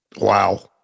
wow